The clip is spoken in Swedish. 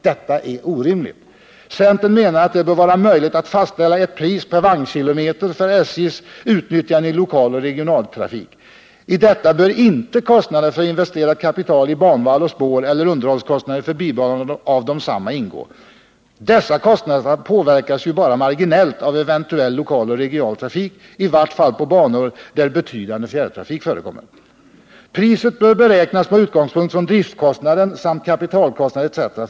Detta är orimligt. Centern menar att det bör vara möjligt att fastställa ett pris per vagnkilometer för SJ:s utnyttjande i lokaloch regionaltrafik. I detta bör inte kostnaderna för investerat kapital i banvall och spår eller underhållskostnader för bibehållande av desamma ingå. Dessa kostnader påverkas bara marginellt av eventuell lokal och regional trafik, i vart fall på banor där betydande fjärrtrafik förekommer. Priset bör beräknas med utgångspunkt i driftkostnad samt kapitalkostnad etc.